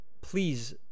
please